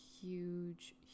huge